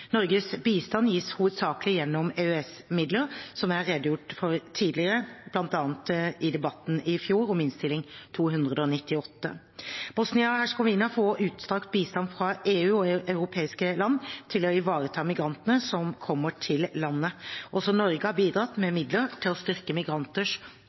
Norges bistand gis hovedsakelig gjennom EØS-midler, som jeg har redegjort for tidligere, bl.a. i debatten i fjor om Innst. 298 S for 2019–2020. Bosnia-Hercegovina får også utstrakt bistand fra EU og europeiske land til å ivareta migrantene som kommer til landet. Også Norge har bidratt med